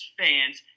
fans